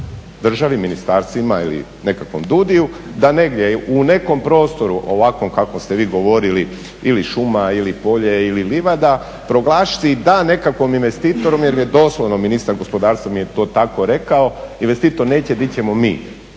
državi, ministarstvima ili nekakvom DUDI-u da negdje u nekakvom prostoru ovakvom kakvom ste vi govorili ili šuma ili polje ili livada proglasi da nekakvom investitorom jel je doslovno ministar gospodarstva mi je to tako rekao, investitor neće gdje ćemo mi